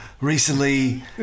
recently